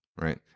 right